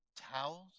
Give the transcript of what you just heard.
Towels